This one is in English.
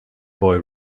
boy